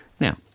Now